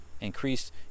increase